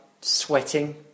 sweating